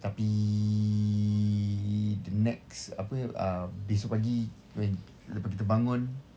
tapi the next apa ah besok pagi when lepas kita bangun